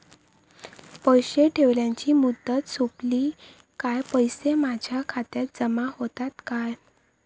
पैसे ठेवल्याची मुदत सोपली काय पैसे माझ्या खात्यात जमा होतात काय?